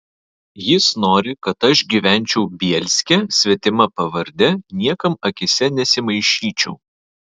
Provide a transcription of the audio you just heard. jis nori kad aš gyvenčiau bielske svetima pavarde niekam akyse nesimaišyčiau